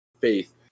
faith